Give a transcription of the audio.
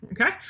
Okay